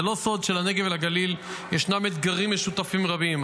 זה לא סוד שלנגב ולגליל ישנם אתגרים משותפים רבים,